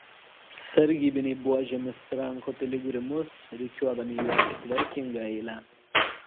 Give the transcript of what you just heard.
sargybiniai buožėmis tranko piligrimus rikiuodami juos į tvarkingą eilę